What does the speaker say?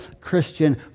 Christian